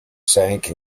sank